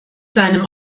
seinem